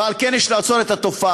ועל כן יש לעצור את התופעה.